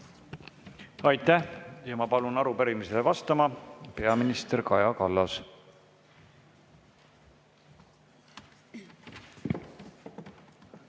Aitäh! Palun arupärimisele vastama peaminister Kaja Kallase.